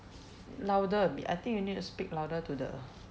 louder a bit I think you need to speak louder to the